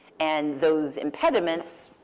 and those impediments,